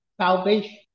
salvation